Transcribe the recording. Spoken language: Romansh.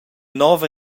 nova